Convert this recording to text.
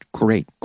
great